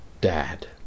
Dad